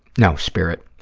no, spirit.